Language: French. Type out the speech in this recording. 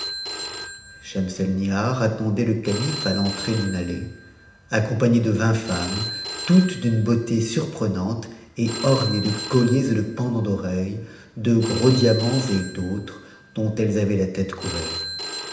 schemselnihar attendait le calife a l'entrée d'une allée accompagnée de vingt femmes toutes d'une beauté surprenante et ornées de colliers et de pendants d'oreilles de gros diamants et d'autres dont elles avaient la tête couverte